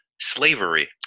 slavery